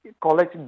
college